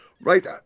Right